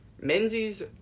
Menzies